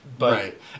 Right